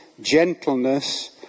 gentleness